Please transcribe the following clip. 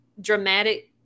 dramatic